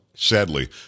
Sadly